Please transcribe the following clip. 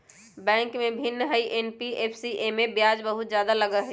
Bank से भिन्न हई एन.बी.एफ.सी इमे ब्याज बहुत ज्यादा लगहई?